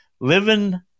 living